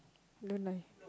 don't lie